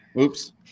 Oops